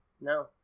no